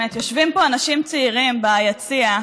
יושבים פה אנשים צעירים ביציע,